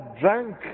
drank